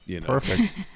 Perfect